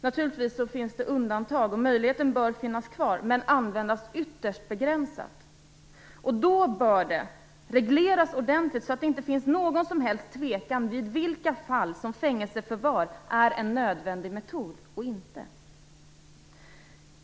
Naturligtvis finns det undantag, och möjligheten bör finnas kvar men användas ytterst begränsat. Då bör det regleras ordentligt, så att det inte finns någon som helst tvekan vid vilka fall som fängelseförvar är en nödvändig metod.